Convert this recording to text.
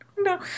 No